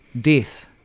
death